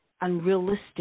unrealistic